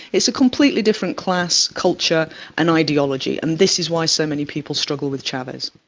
it's a completely different class, culture and ideology and this is why so many people struggle with chavez.